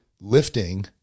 lifting